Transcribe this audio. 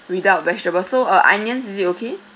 without vegetable so uh onions is it okay